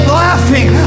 laughing